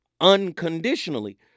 unconditionally